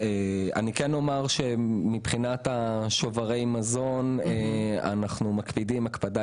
אני כן אומר שמבחינת שוברי המזון אנחנו מקפידים הקפדה